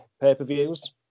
pay-per-views